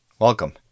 Welcome